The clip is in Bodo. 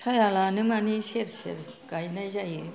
साया लानो माने सेर सेर गायनाय जायो